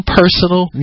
personal